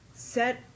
Set